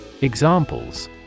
Examples